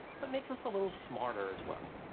but makes us a little smarter as well.